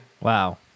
wow